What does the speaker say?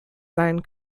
sein